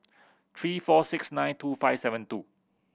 three four six nine two five seven two